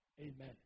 Amen